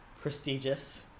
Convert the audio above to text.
prestigious